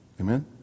Amen